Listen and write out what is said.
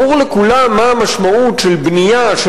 ברור לכולם מה המשמעות של בנייה של